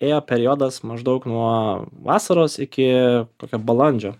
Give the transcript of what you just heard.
ėjo periodas maždaug nuo vasaros iki kokio balandžio